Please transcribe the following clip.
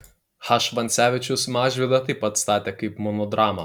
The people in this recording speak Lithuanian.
h vancevičius mažvydą taip pat statė kaip monodramą